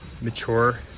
mature